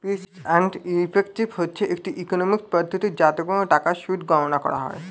fees and effective হচ্ছে একটি economics পদ্ধতি যাতে কোন টাকার সুদ গণনা করা হয়